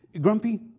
Grumpy